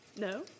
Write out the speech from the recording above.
No